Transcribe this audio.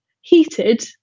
heated